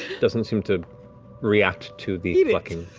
doesn't seem to react to the plucking.